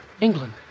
England